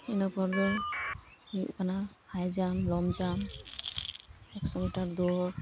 ᱤᱱᱟ ᱯᱚᱨ ᱫᱚ ᱦᱩᱭᱩᱜ ᱠᱟᱱᱟ ᱦᱟᱭ ᱡᱟᱢᱯ ᱞᱚᱝ ᱡᱟᱢ ᱮᱠᱥᱳᱴᱟᱨ ᱫᱩᱣᱟᱹᱨ